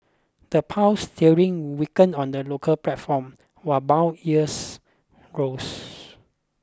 the Pound sterling weakened on the local platform while bond yields rose